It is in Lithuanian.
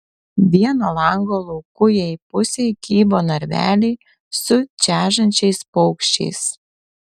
vieno lango laukujėj pusėj kybo narveliai su čežančiais paukščiais